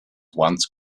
once